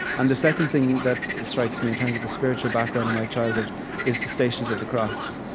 and the second thing that strikes me in terms of the spiritual background of my childhood is the stations of the cross.